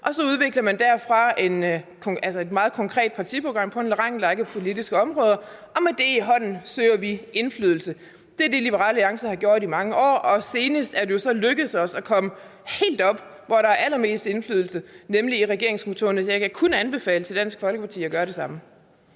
og så udvikler man derfra et meget konkret partiprogram på en lang række politiske områder, og med det i hånden søger man indflydelse. Det er det, Liberal Alliance har gjort i mange år, og senest er det jo så lykkedes os at komme helt op, hvor der er allermest indflydelse, nemlig i regeringskontorerne. Så jeg kan kun anbefale Dansk Folkeparti at gøre det samme.